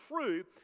true